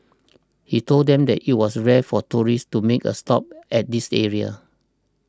he told them that it was rare for tourists to make a stop at this area